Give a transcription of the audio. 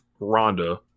Rhonda